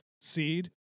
seed